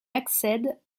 accède